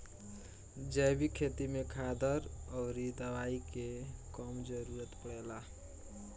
जैविक खेती में खादर अउरी दवाई के कम जरूरत पड़ेला